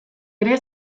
ere